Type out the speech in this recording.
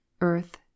earth